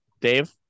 Dave